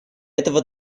этого